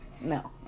no